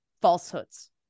falsehoods